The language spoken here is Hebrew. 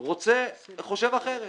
חושב אחרת.